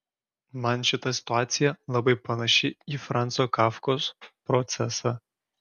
man šita situacija labai panaši į franco kafkos procesą